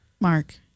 Mark